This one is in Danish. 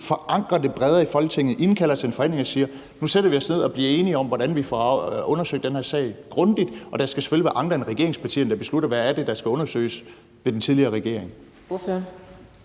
forankrer det bredere i Folketinget, indkalder til en forhandling og siger: Nu sætter vi os ned og bliver enige om, hvordan vi får undersøgt den her sag grundigt, og der skal selvfølgelig være andre end regeringspartierne, der beslutter, hvad det er, der skal undersøges, ved den tidligere regering?